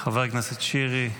חבר הכנסת שירי,